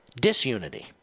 disunity